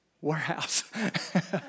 Warehouse